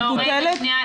המטוטלת זה עניין תדמיתי.